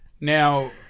Now